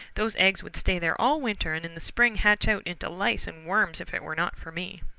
those eggs would stay there all winter and in the spring hatch out into lice and worms if it were not for me.